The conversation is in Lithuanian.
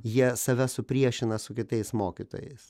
jie save supriešina su kitais mokytojais